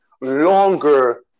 longer